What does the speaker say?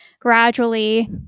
gradually